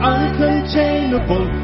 Uncontainable